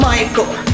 Michael